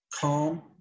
calm